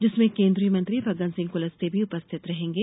जिसमें केन्द्रीय मंत्री फग्गनसिंह कुलस्ते भी उपस्थित रहेंगे